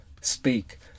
speak